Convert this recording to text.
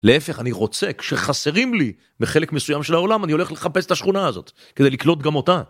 להפך, אני רוצה כשחסרים לי, בחלק מסוים של העולם אני הולך לחפש את השכונה הזאת, כדי לקלוט גם אותה.